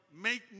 make